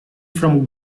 from